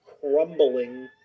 crumbling